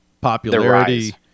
popularity